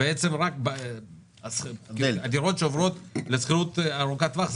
אומר שרק התוספת עוברת לשכירות ארוכת טווח.